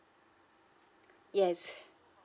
yes